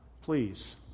Please